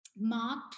marked